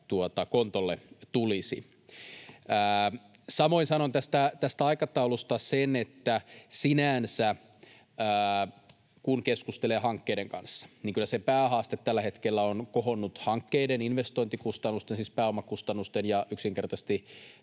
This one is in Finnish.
kontolle. Samoin sanon tästä aikataulusta sen, että sinänsä kun keskustelee hankkeiden kanssa, niin kyllä se päähaaste tällä hetkellä on hankkeiden investointikustannusten, siis pääomakustannusten ja yksinkertaisesti